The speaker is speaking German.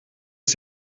ist